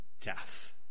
death